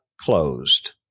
closed